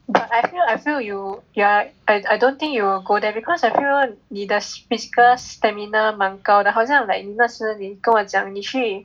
but I feel I feel you ya I I don't think you will go there because I feel 你的 physical stamina 蛮高的好像 like 那时你跟我讲你去